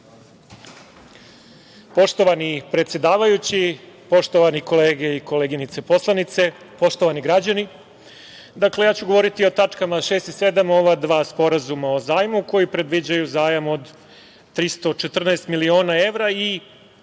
Poštovani predsedavajući, poštovane kolege i koleginice poslanice, poštovani građani, govoriću o tačkama 6. i 7, o ova dva sporazuma o zajmu koji predviđaju zajam od 314 miliona evra. Da